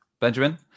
Benjamin